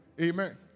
Amen